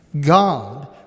God